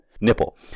Nipple